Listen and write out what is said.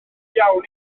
iawn